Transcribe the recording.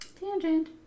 tangent